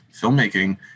filmmaking